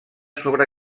sobre